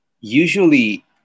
usually